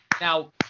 Now